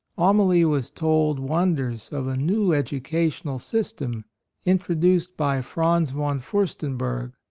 amalie was told wonders of a new educational system introduced by franz von fiirstenberg,